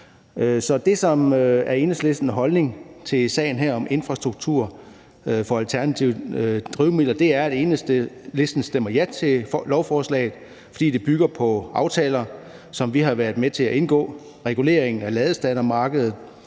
Så det, som er Enhedslistens holdning til sagen her om infrastruktur for alternative drivmidler, er, at Enhedslisten stemmer ja til lovforslaget, fordi det bygger på aftaler, som vi har været med til at indgå: regulering af ladestandermarkedet,